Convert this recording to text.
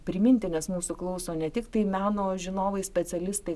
priminti nes mūsų klauso ne tiktai meno žinovai specialistai